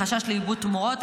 מחשש לאיבוד תמורות,